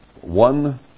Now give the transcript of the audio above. one